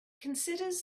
considers